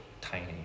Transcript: tiny